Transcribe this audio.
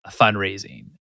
fundraising